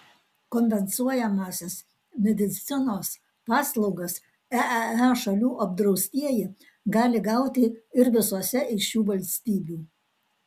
kompensuojamąsias medicinos paslaugas eee šalių apdraustieji gali gauti ir visose iš šių valstybių